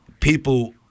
People